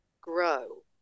Grow